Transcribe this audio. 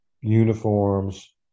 uniforms